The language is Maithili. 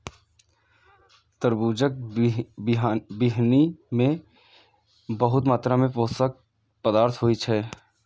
तरबूजक बीहनि मे बहुत मात्रा मे पोषक पदार्थ होइ छै